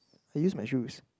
I use my shoes